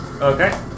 Okay